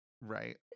Right